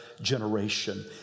generation